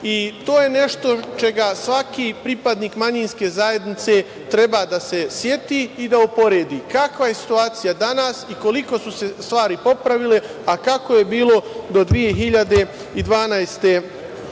To je nešto čega svaki pripadnik manjinske zajednice treba da se seti i da uporedi kakva je situacija danas i koliko su se stvari popravile, a kako je bilo do 2012. godine. Ono